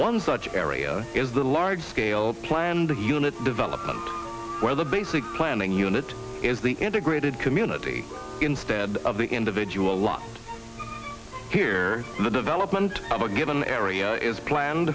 one such area is the large scale planned a unit development where the basic planning unit is the integrated community instead of the individual lot here the development of a given area is planned